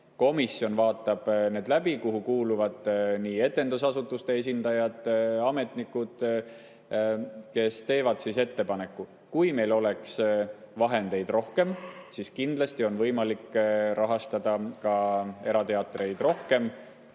Komisjon vaatab need läbi. Komisjoni kuuluvad etendusasutuste esindajad ja ametnikud, kes teevad ettepanekuid. Kui meil oleks vahendeid rohkem, siis kindlasti oleks võimalik rahastada ka erateatreid rohkem.